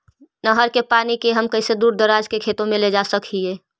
नहर के पानी के हम कैसे दुर दराज के खेतों में ले जा सक हिय?